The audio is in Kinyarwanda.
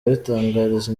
yabitangarije